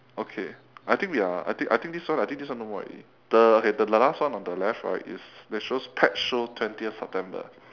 okay I think we are I think I think this one right I think this one no more already the okay the last one on the left right is that shows pet show twentieth september